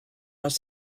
les